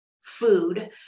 food